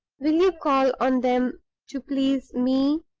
will you call on them to please me?